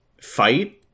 fight